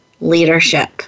leadership